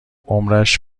عمرش